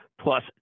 plus